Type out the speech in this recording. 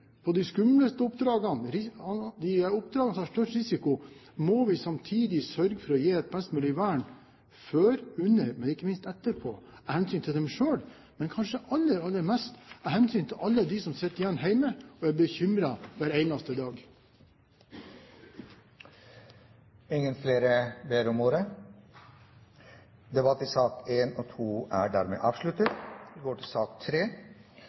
på de skumleste oppdragene, de oppdragene som har størst risiko, må vi samtidig sørge for å gi et best mulig vern før, under og ikke minst etterpå, av hensyn til dem selv, men kanskje aller mest av hensyn til alle dem som sitter igjen hjemme og er bekymret hver eneste dag. Flere har ikke bedt om ordet til sakene nr. 1 og 2. Flommen i Pakistan er en av de største naturkatastrofene verden har vært vitne til